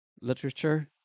literature